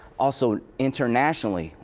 also, internationally,